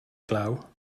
glaw